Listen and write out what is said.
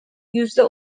yüzde